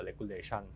regulation